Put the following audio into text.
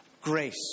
Grace